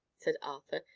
said arthur.